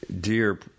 dear